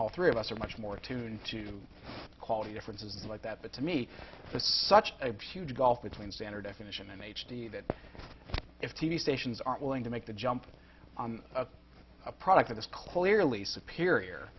ll three of us are much more attuned to quality differences like that but to me it's such a huge gulf between standard definition and h d that if t v stations aren't willing to make the jump on a product of this clearly superior